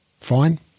fine